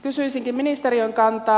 kysyisinkin ministeriön kantaa